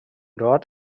dort